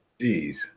Jeez